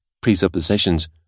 presuppositions